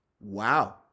Wow